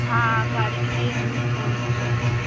हाँ गाड़ी के लिए हमने फोन किया है